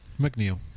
McNeil